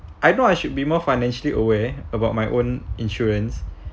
I know I should be more financially aware about my own insurance